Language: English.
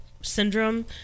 syndrome